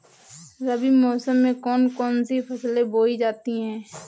रबी मौसम में कौन कौन सी फसलें बोई जाती हैं?